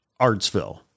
Artsville